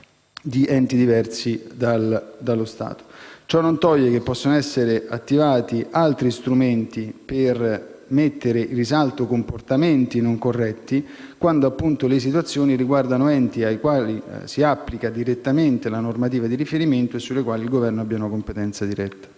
Ciò non toglie che possano essere attivati altri strumenti per mettere in risalto comportamenti non corretti, quando appunto le situazioni riguardino enti ai quali si applica direttamente la normativa di riferimento e sulle quali il Governo abbia una competenza diretta.